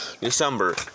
December